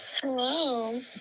Hello